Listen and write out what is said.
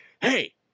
hey